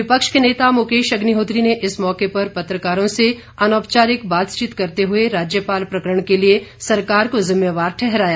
विपक्ष के नेता मुकेश अग्निहोत्री ने इस मौके पर पत्रकारों से अनौपचारिक बातचीत करते हुए राज्यपाल प्रकरण के लिए सरकार को जिम्मेवार ठहराया